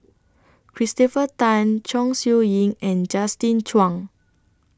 Christopher Tan Chong Siew Ying and Justin Zhuang